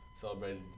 Celebrated